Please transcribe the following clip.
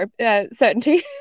certainty